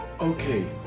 Okay